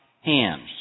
hands